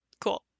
cool